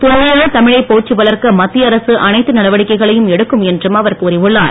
தொன்மையான தமிழை போற்றி வளர்க்க மத்திய அரசு அனைத்து நடவடிக்கைகளையும் எடுக்கும் என்றும் அவர் கூறி உள்ளார்